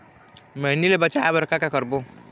मैनी ले बचाए बर का का करबो?